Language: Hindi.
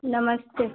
नमस्ते